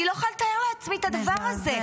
אני לא יכולה לתאר לעצמי את הדבר הזה.